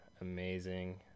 amazing